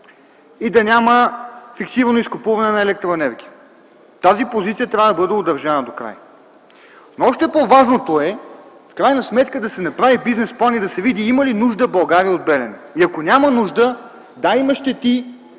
и фиксирано изкупуване на електроенергия. Тази позиция трябва да бъде удържана докрай! Още по-важното е в крайна сметка да се направи бизнесплан и да се види има ли нужда България от „Белене”. Ако няма, защото